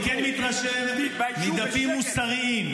אני כן מתרשם מדפים מוסריים.